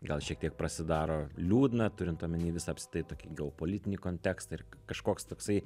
gal šiek tiek prasidaro liūdna turint omeny visą apskritai tokį geopolitinį kontekstą ir kažkoks toksai